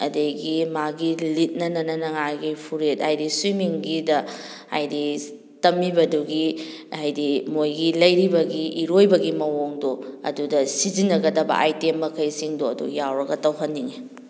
ꯑꯗꯒꯤ ꯃꯥꯒꯤ ꯂꯤꯠꯅꯅꯅꯤꯡꯉꯥꯏꯒꯤ ꯐꯨꯔꯤꯠ ꯍꯥꯏꯗꯤ ꯁ꯭ꯋꯤꯝꯃꯤꯡꯒꯤꯗ ꯍꯥꯏꯗꯤ ꯇꯝꯃꯤꯕꯗꯨꯒꯤ ꯍꯥꯏꯗꯤ ꯃꯣꯏꯒꯤ ꯂꯩꯔꯤꯕꯒꯤ ꯏꯔꯣꯏꯕꯒꯤ ꯃꯑꯣꯡꯗꯣ ꯑꯗꯨꯗ ꯁꯤꯖꯤꯟꯅꯒꯗꯕ ꯑꯥꯏꯇꯦꯝ ꯃꯈꯩꯁꯤꯡꯗꯣ ꯑꯗꯨ ꯌꯥꯎꯔꯒ ꯇꯧꯍꯟꯅꯤꯡꯉꯤ